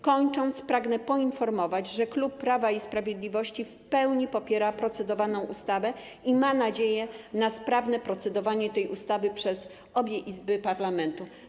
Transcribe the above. Kończąc, pragnę poinformować, że klub Prawa i Sprawiedliwości w pełni popiera procedowaną ustawę i ma nadzieję na sprawne procedowanie nad tą ustawą przez obie Izby parlamentu.